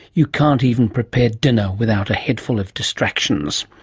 you can't even prepare dinner without a heedful of distractions.